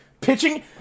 pitching